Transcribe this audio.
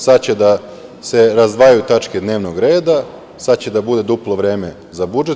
Sad će da se razdvajaju tačke dnevnog reda, sada će da bude duplo vreme za budžet.